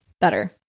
better